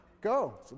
Go